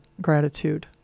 gratitude